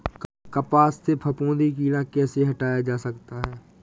कपास से फफूंदी कीड़ा कैसे हटाया जा सकता है?